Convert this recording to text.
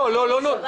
לא, לא.